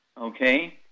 Okay